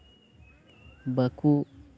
ᱵᱟᱠᱚ